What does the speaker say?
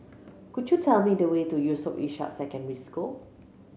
could you tell me the way to Yusof Ishak Secondary School